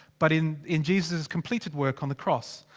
but in in jesus' completed work on the cross.